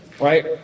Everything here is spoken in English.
Right